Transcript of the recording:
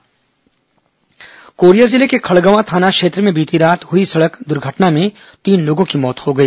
दुर्घटना कोरिया जिले के खड़गवां थाना क्षेत्र में बीती देर रात हुई सड़क हादसे में तीन लोगों की मौत हो गई